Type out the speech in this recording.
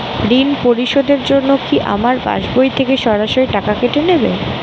ঋণ পরিশোধের জন্য কি আমার পাশবই থেকে সরাসরি টাকা কেটে নেবে?